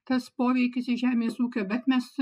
tas poveikis iš žemės ūkio bet mes